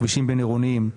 כבישים בין-עירוניים,